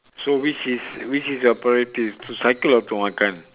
so which is which is the priorities to cycle or to makan